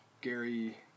Gary